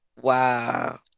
Wow